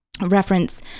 reference